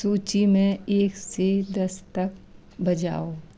सूची में एक से दस तक बजाओ